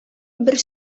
бер